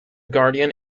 guardian